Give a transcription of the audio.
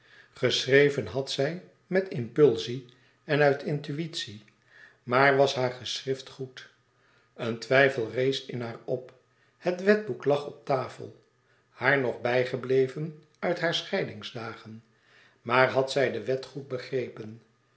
geschreven had zij met sympathie en uit intuïtie maar was haar geschrift goed een twijfel rees in haar op het wetboek lag op tafel haar nog bijgebleven uit hare scheidingsdagen maar had zij de wet goed begrepen